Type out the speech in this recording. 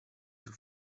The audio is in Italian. sul